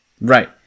Right